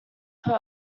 per